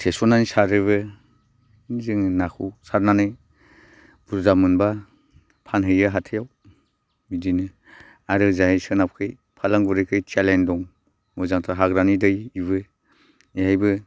थेसनानै सारोबो जोङो नाखौ सारनानै बुरजा मोनब्ला फानहैयो हाथायाव बिदिनो आरो ओजोंहाय सोनाबखै फालामगुरिखै थियालेन दं मोजांथार हाग्रानि दै इबो एहायबो